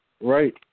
right